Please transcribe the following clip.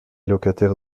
locataires